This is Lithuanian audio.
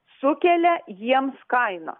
sukelia jiems kainą